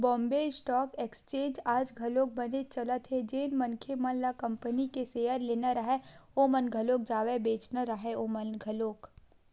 Bombay stock exchange आज घलोक बनेच चलत हे जेन मनखे मन ल कंपनी के सेयर लेना राहय ओमन घलोक जावय बेंचना राहय ओमन घलोक